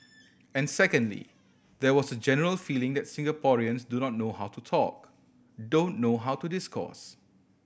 and secondly there was a general feeling that Singaporeans do not know how to talk don't know how to discourse